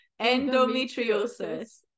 Endometriosis